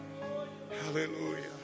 Hallelujah